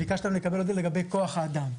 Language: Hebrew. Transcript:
ביקשתם לקבל נתונים לגבי כוח האדם.